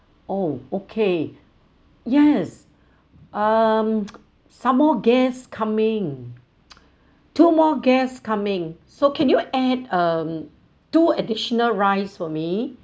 oh okay yes um some more guest coming two more guests coming so can you add mm two additional rice for me